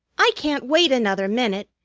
i can't wait another minute.